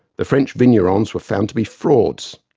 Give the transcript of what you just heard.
the french vignerons were found to be frauds.